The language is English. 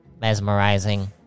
mesmerizing